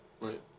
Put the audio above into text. right